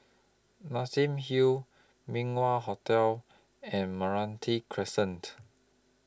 Nassim Hill Min Wah Hotel and Meranti Crescent